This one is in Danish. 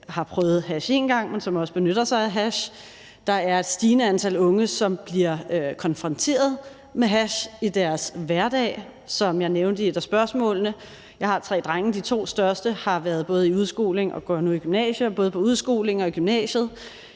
har prøvet hash én gang, men som også benytter sig af hash. Der er et stigende antal unge, som bliver konfronteret med hash i deres hverdag, som jeg nævnte i et af spørgsmålene. Jeg har tre drenge. De to største har været i udskoling og går nu i gymnasiet, og både i udskolingen og i gymnasiet